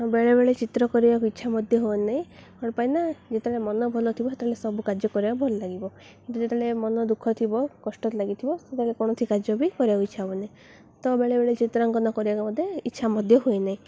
ବେଳେବେଳେ ଚିତ୍ର କରିବାକୁ ଇଚ୍ଛା ମଧ୍ୟ ହୁଏ ନାହିଁ କ'ଣ ପାଇଁ ନା ଯେତେବେଳେ ମନ ଭଲ ଥିବ ସେତେବେଳେ ସବୁ କାର୍ଯ୍ୟ କରିବାକୁ ଭଲ ଲାଗିବ କିନ୍ତୁ ଯେତେବେଳେ ମନ ଦୁଃଖ ଥିବ କଷ୍ଟରେ ଲାଗିଥିବ ସେତେବେଳେ କୌଣସି କାର୍ଯ୍ୟ ବି କରିବାକୁ ଇଚ୍ଛା ହବ ନାହିଁ ତ ବେଳେବେଳେ ଚିତ୍ରାଙ୍କନ କରିବାକୁ ମଧ୍ୟ ଇଚ୍ଛା ମଧ୍ୟ ହୁଏ ନାହିଁ